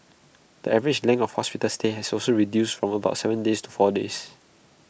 the average length of hospital stay has also reduced from about Seven days to four days